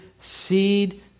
seed